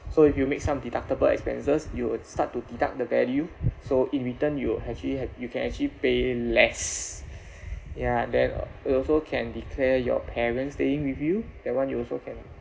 so if you make some deductible expenses it will start to deduct the value so in return you actually have you can actually pay less ya then you also can declare your parents staying with you that one you also can